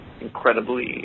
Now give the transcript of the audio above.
incredibly